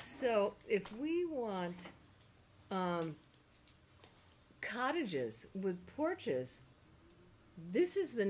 so if we want cottages with porches this is the